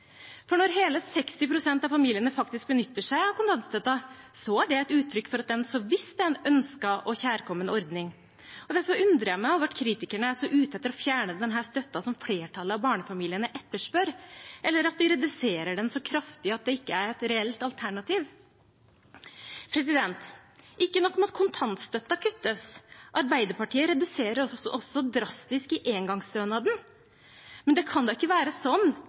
familieliv. Når hele 60 pst. av familiene faktisk benytter seg av kontantstøtten, er det et uttrykk for at det er en ønsket og kjærkommen ordning. Derfor undrer jeg meg over at kritikerne er så ute etter å fjerne denne støtten, som flertallet av barnefamiliene etterspør, eller at de reduserer den så kraftig at den ikke er et reelt alternativ. Ikke nok med at kontantstøtten kuttes, Arbeiderpartiet reduserer også engangsstønaden drastisk. Det kan da ikke være sånn